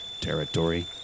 territory